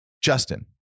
Justin